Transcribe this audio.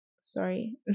Sorry